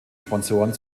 sponsoren